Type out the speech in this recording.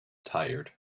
tired